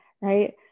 right